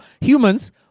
humans